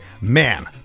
man